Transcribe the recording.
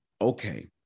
okay